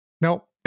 Nope